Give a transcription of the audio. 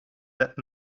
that